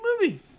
movie